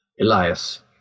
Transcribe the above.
Elias